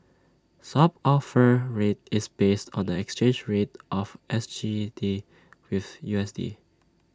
swap offer rate is based on the exchange rate of S G D with U S D